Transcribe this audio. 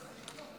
ההצבעה: